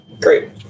Great